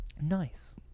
Nice